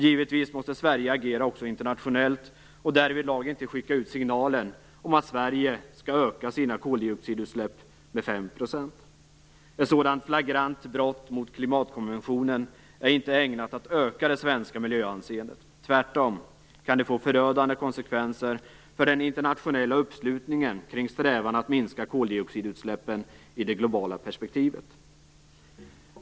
Givetvis måste Sverige agera också internationellt och därvidlag inte skicka ut signalen om att Sverige skall öka sina koldioxidutsläpp med 5 %. Ett sådant flagrant brott mot klimatkonventionen är inte ägnat att öka det svenska miljöanseendet. Tvärtom kan det få förödande konsekvenser för den internationella uppslutningen kring strävan att minska koldioxidutsläppen i det globala perspektivet.